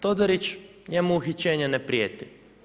Todorić njemu uhićenje ne prijeti.